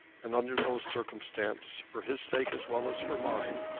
and under those circumstances, for his sake as well as for mine,